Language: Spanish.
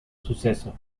suceso